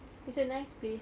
it's a nice place